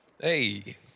Hey